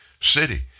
city